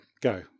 Go